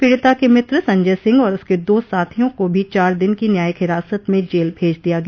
पीड़िता के मित्र संजय सिंह और उसके दो साथियों को भी चार दिन की न्यायिक हिरासत में जेल भेज दिया गया